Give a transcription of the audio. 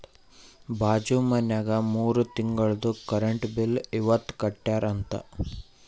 ಬಾಜು ಮನ್ಯಾಗ ಮೂರ ತಿಂಗುಳ್ದು ಕರೆಂಟ್ ಬಿಲ್ ಇವತ್ ಕಟ್ಯಾರ ಅಂತ್